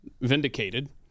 vindicated